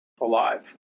alive